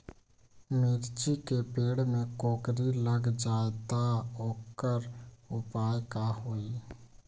मिर्ची के पेड़ में कोकरी लग जाये त वोकर उपाय का होई?